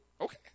Okay